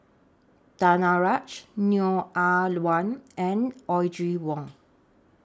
Danaraj Neo Ah Luan and Audrey Wong